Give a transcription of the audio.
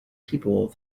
people